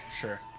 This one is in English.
sure